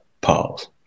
Pause